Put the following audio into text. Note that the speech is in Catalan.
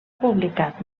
publicat